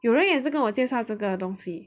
有人也是跟我介绍这个东西